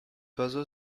oiseau